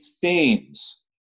themes